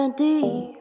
deep